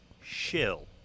Shill